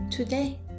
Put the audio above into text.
Today